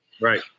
Right